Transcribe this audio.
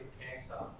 cancer